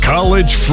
College